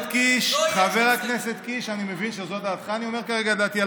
קיש, אני אומר את דעתי.